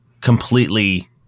completely